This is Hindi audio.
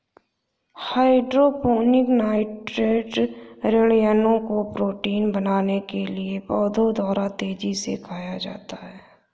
हाइड्रोपोनिक नाइट्रेट ऋणायनों को प्रोटीन बनाने के लिए पौधों द्वारा तेजी से खाया जाता है